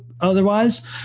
otherwise